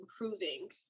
improving